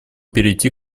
перейти